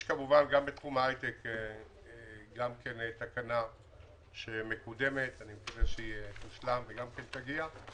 יש גם בתחום ההייטק תקנה שמקודמת ואני מקווה שתושלם ותגיע.